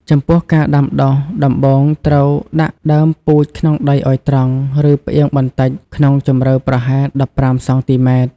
ចំពោះការដាំដុះ ដំបូងត្រូវដាក់ដើមពូជក្នុងដីឲ្យត្រង់ ឬផ្អៀងបន្តិច ក្នុងជម្រៅប្រហែល ១៥ សង់ទីម៉ែត្រ។